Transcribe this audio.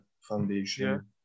foundation